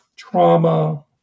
Trauma